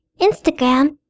Instagram